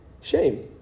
shame